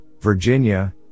Virginia